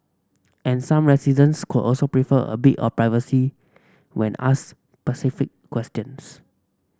and some residents could also prefer a bit of privacy when asked specific questions